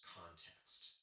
context